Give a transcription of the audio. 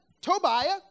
Tobiah